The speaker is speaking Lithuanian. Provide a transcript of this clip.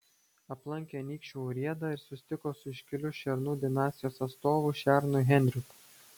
aplankė anykščių urėdą ir susitiko su iškiliu šernų dinastijos atstovu šernu henriku